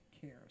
cares